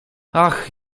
ach